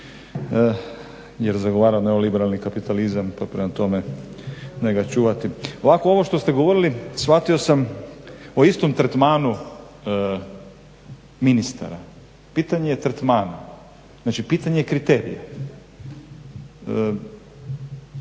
jer zagovara neoliberalni kapitalizam. Pa prema tome ne ga čuvati. Ovako, ovo što govorili shvatio sam o istom tretmanu ministara. Pitanje je tretmana, znači pitanje je kriterija.